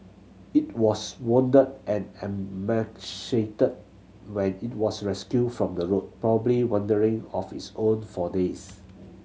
it was wounded and emaciated when it was rescued from the road probably wandering of its own for days